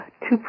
two